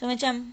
so macam